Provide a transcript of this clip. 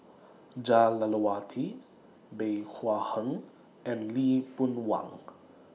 Jah Lelawati Bey Hua Heng and Lee Boon Wang